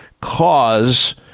cause